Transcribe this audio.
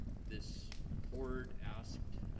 this board asked